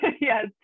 yes